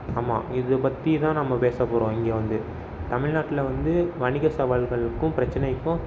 ஆமாம் இதை பற்றி தான் நம்ம பேச போகிறோம் இங்கே வந்து தமிழ்நாட்டில் வந்து வணிக சவால்களுக்கும் பிரச்சினைக்கும்